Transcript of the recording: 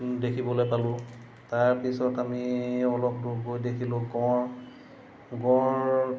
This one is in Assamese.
দেখিবলৈ পালোঁ তাৰপিছত আমি অলপ দূৰ গৈ দেখিলোঁ গঁড়